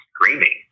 screaming